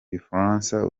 gifaransa